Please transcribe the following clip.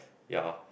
ya